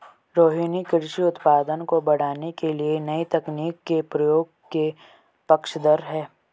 रोहिनी कृषि उत्पादन को बढ़ाने के लिए नए तकनीक के प्रयोग के पक्षधर है